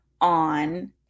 on